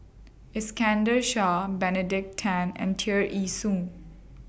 Iskandar Shah Benedict Tan and Tear Ee Soon